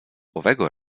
owego